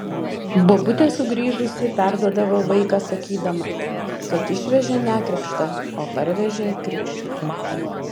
bobutė sugrįžusi perduodavo vaiką sakydama kad išvežė nekrikštą o parvežė krikštytą